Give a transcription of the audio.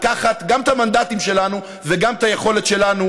לקחת גם את המנדטים שלנו וגם את היכולת שלנו